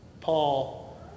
Paul